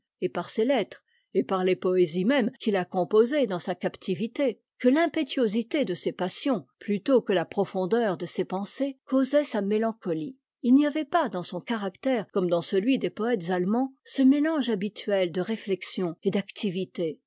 et par ses lettres et par les poésies même qu'il a composées dans sa captivité que fimpétuosité de ses passions plutôt que la profondeur de ses pensées causait sa mélancolie il n'y avait pas dans son caractère comme dans celui des poëtes allemands ce mélange habituel de réflexion et d'activité